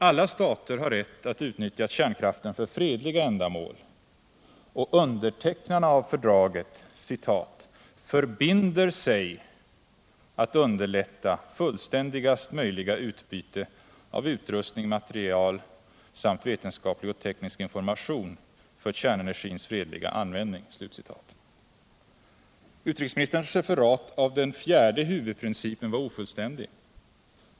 Alla stater har rätt att utnyttja kärnkraften för fredliga ändamål, och undertecknarna av fördraget ”förbinder sig att underlätta ——— fullständigast möjliga utbyte av utrustning, material samt vetenskaplig och teknisk information för kärnenergins fredliga användning”. Utrikesministerns referat av den fjärde huvudprincipen var ofullständigt.